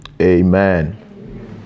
Amen